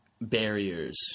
barriers –